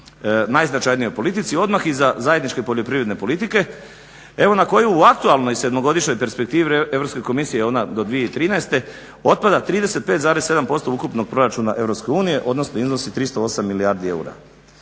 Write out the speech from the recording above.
najznačajnijoj politici, odmah iza zajedničke poljoprivredne politike evo na koju u aktualnoj sedmogodišnjoj perspektivi Europske komisije je ona do 2013., otpada 35,7% ukupnog proračuna Europske unije, odnosno iznosi 308 milijardi eura.